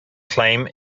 claim